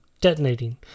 detonating